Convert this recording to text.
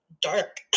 dark